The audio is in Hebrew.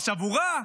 עכשיו הוא רע?